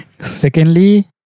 Secondly